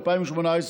2018,